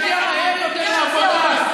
שנגיע מהר יותר לעבודה,